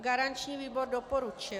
Garanční výbor doporučil.